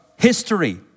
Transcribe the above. History